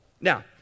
Now